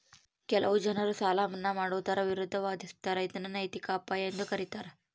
ಕೆಲವು ಜನರು ಸಾಲ ಮನ್ನಾ ಮಾಡುವುದರ ವಿರುದ್ಧ ವಾದಿಸ್ತರ ಇದನ್ನು ನೈತಿಕ ಅಪಾಯ ಎಂದು ಕರೀತಾರ